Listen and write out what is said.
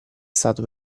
stato